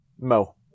Mo